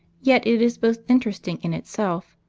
yet it is both interesting in itself,